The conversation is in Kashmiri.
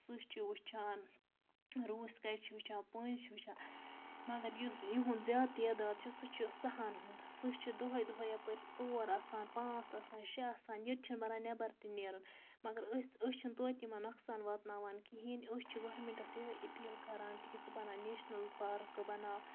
سٕہہ چھِ وٕچھان روٗس کچہِ چھِ وٕچھان پٔنٛزۍ چھِ وٕچھان مگر یُس یُہُنٛد زیادٕ تعداد چھُ سُہ چھُ سٕہن ہُنٛد سٕہہ چھِ دۄہَے دۄہَے یَپٲرۍ ژور آسان پانٛژھ آسان شےٚ آسان ییٚتہِ چھِنہٕ بَنان نٮ۪بَر تہِ نیرُن مگر أسۍ أسۍ چھِنہٕ تویتہِ یِمَن نۄقصان واتناوان کِہیٖنۍ أسۍ چھِ گورمٮ۪نٹَس یِہوٚے اپیٖل کَران تہِ کہِ ژٕ بَناو نیشنَل پارکہٕ بَناو